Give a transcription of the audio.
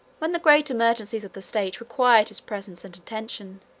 when the great emergencies of the state required his presence and attention,